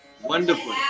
Wonderful